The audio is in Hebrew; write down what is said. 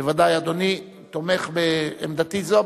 בוודאי אדוני תומך בעמדתי זו,